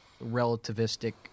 relativistic